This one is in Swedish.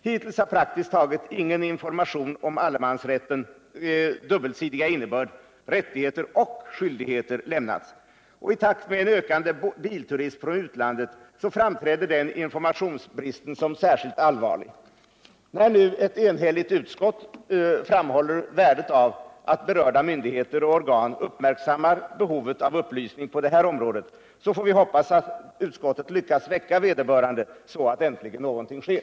Hittills har praktiskt taget ingen information om allemansrättens dubbelsidiga innebörd — rättigheter och skyldigheter — lämnats, och i takt med en ökande bilturism från utlandet framträder den informationsbristen såsom särskilt allvarlig. När nu ett enhälligt utskott framhåller värdet av att berörda myndigheter och organ uppmärksammar behovet av upplysning på detta område, får vi hoppas att utskottet lyckas väcka vederbörande så att äntligen något sker.